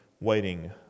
waiting